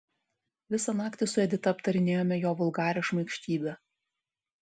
visą naktį su edita aptarinėjome jo vulgarią šmaikštybę